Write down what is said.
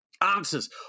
answers